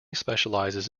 specializes